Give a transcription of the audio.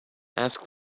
ask